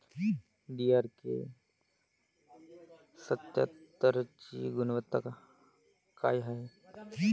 DRK सत्यात्तरची गुनवत्ता काय हाय?